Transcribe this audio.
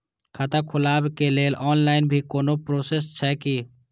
खाता खोलाबक लेल ऑनलाईन भी कोनो प्रोसेस छै की?